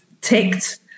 ticked